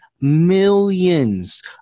millions